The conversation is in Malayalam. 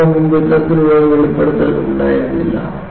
നിങ്ങൾക്ക് മുമ്പ് ഇത്തരത്തിലുള്ള ഒരു വെളിപ്പെടുത്തൽ ഉണ്ടായിരുന്നില്ല